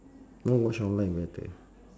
now watch online better